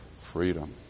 freedom